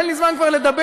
אין לי זמן כבר לדבר,